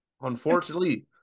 Unfortunately